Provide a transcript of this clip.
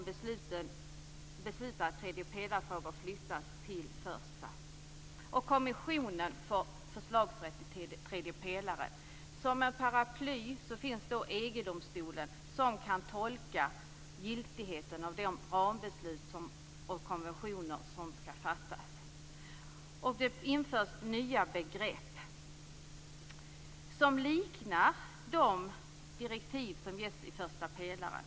Beslut om tredje-pelar-frågor flyttas till första pelaren. Som ett paraply finns EG-domstolen som kan tolka giltigheten av de rambeslut och beslut om konventioner som skall fattas. Vidare införs nya begrepp som liknar de direktiv som ges i första pelaren.